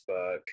Facebook